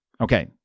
Okay